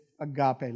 agape